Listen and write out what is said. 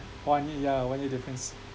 one year yeah one year difference